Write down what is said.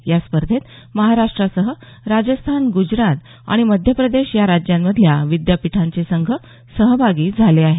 या स्पर्धेत महाराष्ट्रासह राजस्थान ग्जरात आणि मध्यप्रदेश या राज्यांमधल्या विद्यापीठांचे संघ सहभागी झाले आहेत